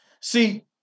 See